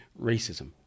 racism